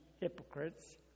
hypocrites